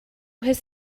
his